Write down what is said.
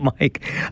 Mike